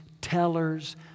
tellers